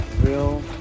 real